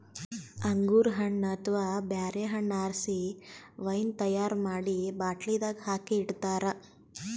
ಅಂಗೂರ್ ಹಣ್ಣ್ ಅಥವಾ ಬ್ಯಾರೆ ಹಣ್ಣ್ ಆರಸಿ ವೈನ್ ತೈಯಾರ್ ಮಾಡಿ ಬಾಟ್ಲಿದಾಗ್ ಹಾಕಿ ಇಡ್ತಾರ